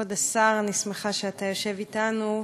כבוד השר, אני שמחה שאתה יושב אתנו,